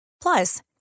Plus